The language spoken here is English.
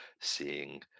seeing